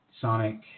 sonic